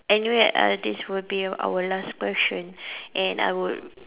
and you had other days would be our last question and I would